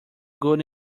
good